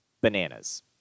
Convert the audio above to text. bananas